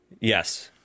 Yes